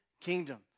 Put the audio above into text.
kingdom